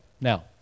Now